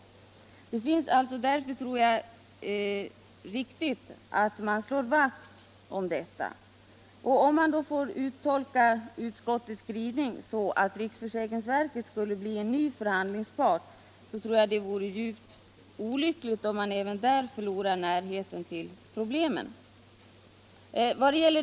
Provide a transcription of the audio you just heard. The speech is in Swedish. Det finns därför anledning att slå vakt om detta. Om man får tolka utskottets skrivning så, att riksförsäkringsverket skulle bli en ny förhandlingspart, tror jag det vore djupt olyckligt om man även där förlorade närheten till problemen.